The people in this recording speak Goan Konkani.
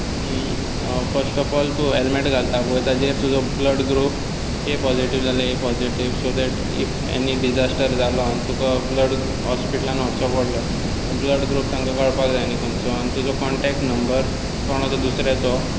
आनी फर्स्ट ऑफ ऑल तूं हॅल्मेट घालता पळय ताचेर तुजो ब्लड ए पॉजिटीव जाल्यार A positive so that if any disaster तर जालो आनी तुका हॉस्पिटलांत व्हरचो पडलो ब्लड ग्रुप तांकां कळपाक जाय न्ही खंयचो आनी तुजो कॉन्टेक्ट नंबर कोणाच्या दुसऱ्याचो